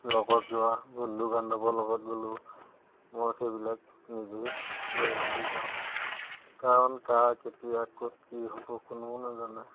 লগত যোৱা বন্ধু বান্ধৱৰ লগত গ'লেও মই সেইবিলাক নিজেই লৈ মেলি যাওঁ কাৰণ কাৰ কেতিয়া ক'ত কি হ'ব কোনেও নাজানে